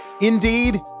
Indeed